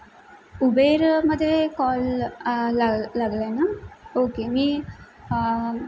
उबेरमधे call लागला आहे ना ओके मी